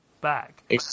back